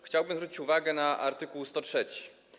Chciałbym zwrócić uwagę na art. 103.